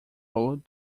rolled